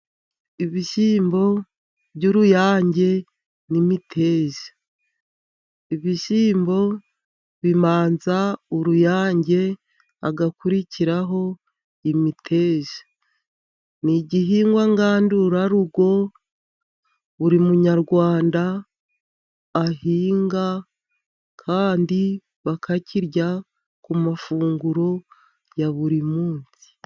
Ibishyimbo by'uruyange n'imiteja, ibishyimbo bimanza uruyange hagakurikiraho imiteja, ni igihingwa ngandurarugo buri munyarwanda ahinga kandi bakakirya ku mafunguro ya buri munsi.